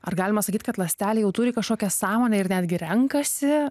ar galima sakyt kad ląstelė jau turi kažkokią sąmonę ir netgi renkasi